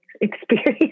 experience